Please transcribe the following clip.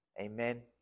amen